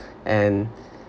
and